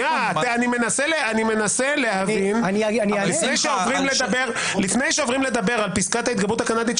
אני מנסה להבין לפני שעוברים לדבר על פסקת ההתגברות הקנדית,